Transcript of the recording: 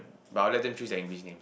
but oh let them choose their English names